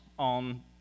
on